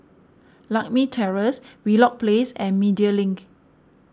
Lakme Terrace Wheelock Place and Media Link